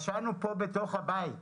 ישנו כאן בתוך הבית.